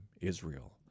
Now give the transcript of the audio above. Israel